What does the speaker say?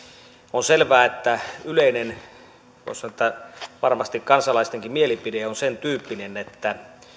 on selvää että yleinen voisi sanoa että varmasti kansalaistenkin mielipide on sentyyppinen että